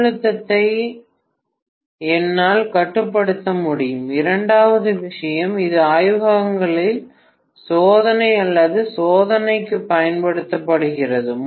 மின்னழுத்தத்தை என்னால் கட்டுப்படுத்த முடியும் இரண்டாவது விஷயம் இது ஆய்வகங்களில் சோதனை அல்லது சோதனைக்கு பயன்படுத்தப்படுகிறது